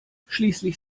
schließlich